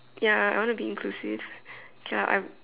ya I wanna be inclusive K lah I